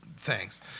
Thanks